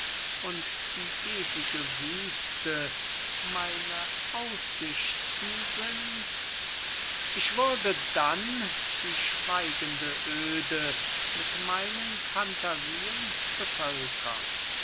und die ewige wüste meine aussichten sind ich würde dann die schweigende oede mit meinen phantasien bevölkern